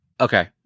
Okay